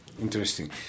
interesting